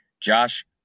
josh